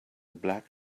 black